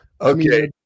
okay